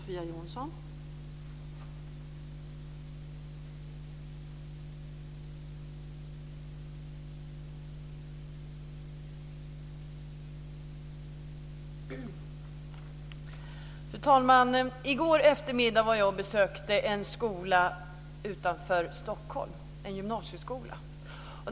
Fru talman! I går eftermiddag var jag och besökte en gymnasieskola utanför Stockholm.